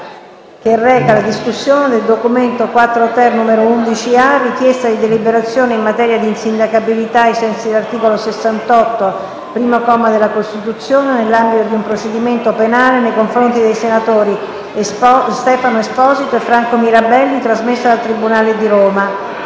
reca la discussione del documento: «Richiesta di deliberazione in materia di insindacabilità ai sensi dell'articolo 68, primo comma, della Costituzione, nell'ambito di un procedimento penale nei confronti dei senatori Stefano Esposito e Franco Mirabelli per il reato di cui